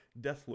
Deathloop